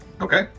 Okay